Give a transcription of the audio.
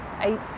eight